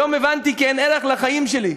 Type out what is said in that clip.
היום הבנתי כי אין ערך לחיים שלי.